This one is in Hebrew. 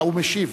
הוא משיב.